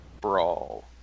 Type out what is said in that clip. Brawl